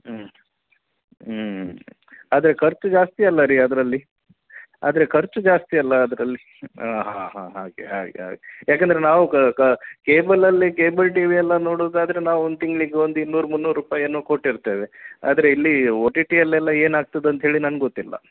ಹ್ಞೂ ಊಂ ಊಂ ಆದರೆ ಖರ್ಚು ಜಾಸ್ತಿ ಅಲ್ಲ ರೀ ಅದರಲ್ಲಿ ಆದರೆ ಖರ್ಚು ಜಾಸ್ತಿ ಅಲ್ಲ ಅದರಲ್ಲಿ ಹಾಂ ಹಾಂ ಹಾಂ ಹಾಗೆ ಹಾಗೆ ಹಾಗೆ ಯಾಕೆಂದ್ರೆ ನಾವು ಕೇಬಲಲ್ಲಿ ಕೇಬಲ್ ಟಿ ವಿ ಎಲ್ಲ ನೋಡೋದಾದ್ರೆ ನಾವು ಒಂದು ತಿಂಗ್ಳಿಗೆ ಒಂದು ಇನ್ನೂರು ಮುನ್ನೂರು ರೂಪಾಯನ್ನು ಕೊಟ್ಟಿರ್ತೇವೆ ಆದರೆ ಇಲ್ಲಿ ಓ ಟಿ ಟಿ ಅಲ್ಲೆಲ್ಲ ಏನಾಗ್ತದೆ ಅಂಥೇಳಿ ನನ್ಗೆ ಗೊತ್ತಿಲ್ಲ